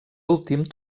últim